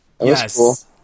Yes